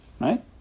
right